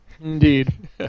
Indeed